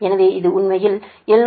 எனவே இது உண்மையில் 787